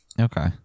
Okay